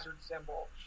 symbol